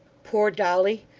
poor dolly!